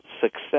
success